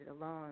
alone